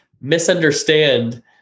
misunderstand